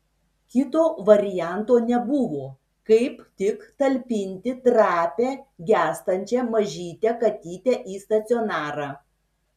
kito varianto nebuvo kaip tik talpinti trapią gęstančią mažytę katytę į stacionarą